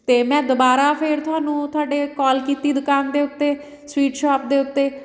ਅਤੇ ਮੈਂ ਦੁਬਾਰਾ ਫੇਰ ਤੁਹਾਨੂੰ ਤੁਹਾਡੇ ਕੋਲ ਕੀਤੀ ਦੁਕਾਨ ਦੇ ਉੱਤੇ ਸਵੀਟ ਸ਼ੌਪ ਦੇ ਉੱਤੇ